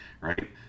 right